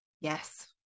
Yes